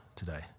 today